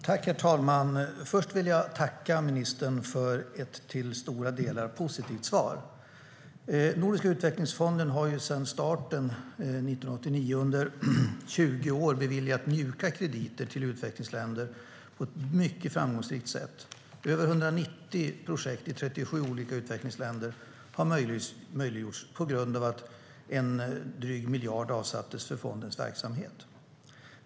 Herr talman! Först vill jag tacka ministern för ett till stora delar positivt svar. Nordiska utvecklingsfonden har sedan starten 1989 under 20 år beviljat mjuka krediter till utvecklingsländer på ett mycket framgångsrikt sätt. Över 190 projekt i 37 olika utvecklingsländer har möjliggjorts på grund av att drygt 1 miljard avsattes för fondens verksamhet.